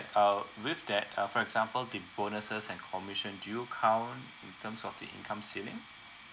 uh with that uh for example the bonuses and commission do you count in terms of the income ceiling